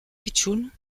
pitchoun